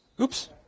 Oops